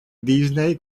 disney